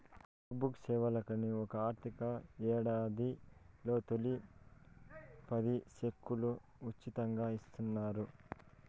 check book సేవలకని ఒక ఆర్థిక యేడాదిలో తొలి పది సెక్కులు ఉసితంగా ఇస్తున్నారు